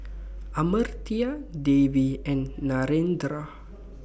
Amartya Devi and Narendra